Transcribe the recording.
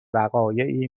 وقایعی